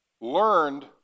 learned